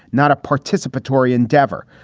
not a participatory endeavor.